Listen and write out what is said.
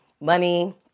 money